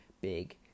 big